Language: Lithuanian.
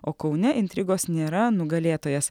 o kaune intrigos nėra nugalėtojas